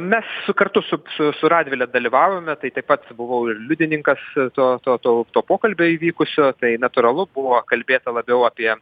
mes kartu su su radvile dalyvavome tai taip pat buvau ir liudininkas to to to pokalbio įvykusio tai natūralu buvo kalbėta labiau apie